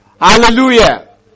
Hallelujah